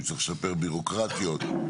לשפר בירוקרטיות,